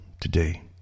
today